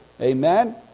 Amen